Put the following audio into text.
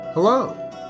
Hello